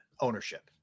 ownership